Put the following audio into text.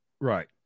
Right